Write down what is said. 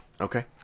Okay